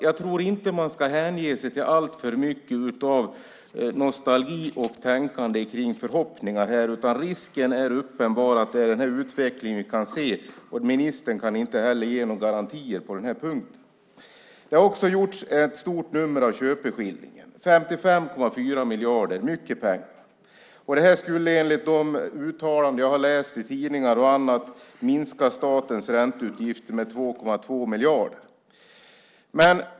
Jag tror inte att man ska hänge sig åt alltför mycket av nostalgi och tänkande på förhoppningar här, utan risken är uppenbar att det är den utvecklingen vi kan se. Ministern kan inte heller ge några garantier på den punkten. Det har också gjorts ett stort nummer av köpeskillingen, 55,4 miljarder. Det är mycket pengar. Det skulle, enligt de uttalanden jag har läst bland annat i tidningar, minska statens ränteutgifter med 2,2 miljarder.